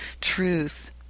truth